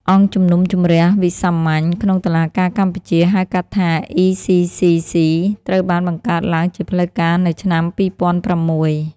អង្គជំនុំជម្រះវិសាមញ្ញក្នុងតុលាការកម្ពុជា (ហៅកាត់ថា ECCC) ត្រូវបានបង្កើតឡើងជាផ្លូវការនៅឆ្នាំ២០០៦។